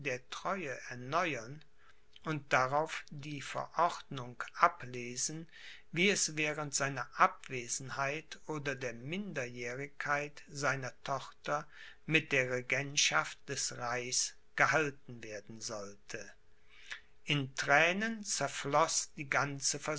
treue erneuern und darauf die verordnung ablesen wie es während seiner abwesenheit oder der minderjährigkeit seiner tochter mit der regentschaft des reichs gehalten werden sollte in thränen zerfloß die ganze